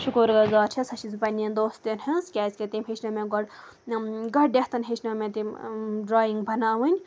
شُکُر گُزار چھَس سۄ چھَس بہٕ پنٛنٮ۪ن دوستَن ہِنٛز کیٛازِکہِ تٔمۍ ہیٚچھنٲو مےٚ گۄڈٕ گۄڈنٮ۪تھ ہیٚچھنٲو مےٚ تٔمۍ ڈرٛایِنٛگ بَناوٕنۍ